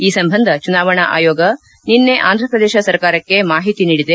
ಈ ಸಂಬಂಧ ಚುನಾವಣಾ ಆಯೋಗ ನಿನ್ನೆ ಆಂಧ್ರಪ್ರದೇಶ ಸರ್ಕಾರಕ್ಷೆ ಮಾಹಿತಿ ನೀಡಿದೆ